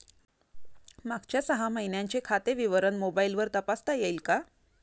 मागच्या सहा महिन्यांचे खाते विवरण मोबाइलवर तपासता येईल का?